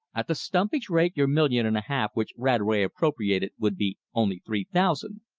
at the stumpage rate your million and a half which radway appropriated would be only three thousand.